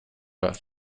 about